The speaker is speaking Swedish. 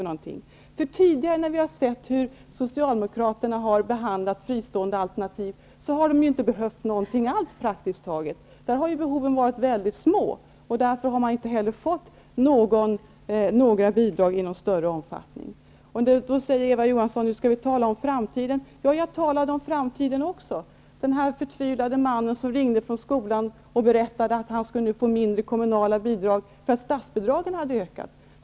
När Socialdemokraterna tidigare har behandlat fristående alternativ, har dessa behövt praktiskt taget ingenting alls. Där har behoven varit mycket små, och därför har de inte heller fått bidrag i någon större utsträckning. Då säger Eva Johansson: Nu skall vi tala om framtiden. Ja, jag talade också om framtiden. Jag berättade om den förtvivlade man som ringde från skolan och sade att han nu skulle få mindre kommunala bidrag därför att statsbidragen hade ökat.